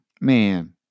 man